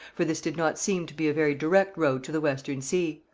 for this did not seem to be a very direct road to the western sea.